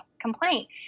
complaint